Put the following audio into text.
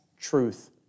truth